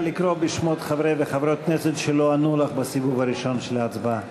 נא לקרוא בשמות חברי וחברות הכנסת שלא ענו לך בסיבוב הראשון של ההצבעה.